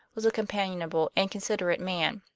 was a companionable and considerate man.